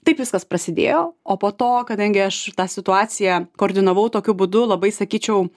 taip viskas prasidėjo o po to kadangi aš tą situaciją koordinavau tokiu būdu labai sakyčiau